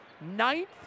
ninth